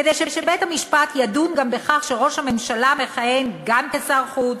כדי שבית-המשפט ידון גם בכך שראש הממשלה מכהן גם כשר החוץ,